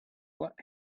what